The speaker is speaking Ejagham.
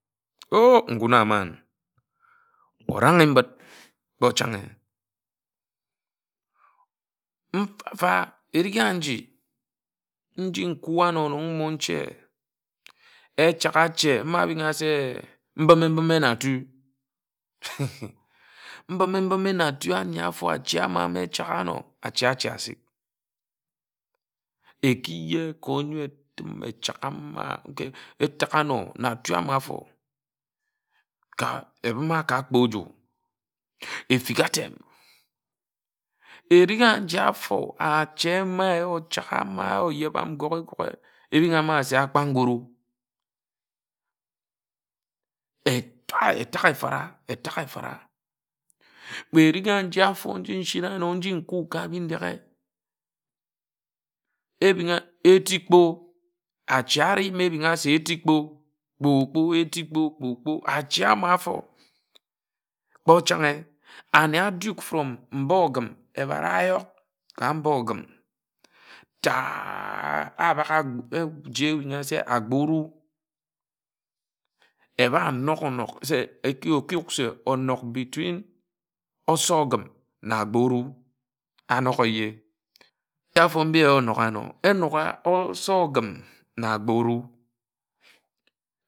Oh nguń amān orańg-e-mbid gbo chańghe mfa-mfa eri aji nji nkui ano mmon monche echághā ache abińg-a-se mbime na atu mbime-mbime na atu n̄yi afo ache āma mme echághá áno ache ache asik eki ye ka ónyoe achágha áno na átu ama afo ka ebime ka ágbe oju éfik atem eringha njae áfo ache ma ochángha ma oyeba goghe goghe ebin̄ áma akpań-aguru etak efara étak efara kpe eringh nje áfo nji echira ano nji nku ka bindeghe ebiń a etik-kpó ache ari me ebin a se etik-kpo kpo- kpó ache ama áfo kpó changhe ane aduk from mba ogim ebara áyók ka mba ogim tah. ábák nji ebin̄ a se Agbor oru eba nōk- ōnọk eki yuk se onok between ȯsȯ ogim na Agbor oru ānōk éye ka ofu mbi ónók ano enók ga ōso ogim na Agbor oru.